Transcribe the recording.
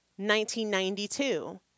1992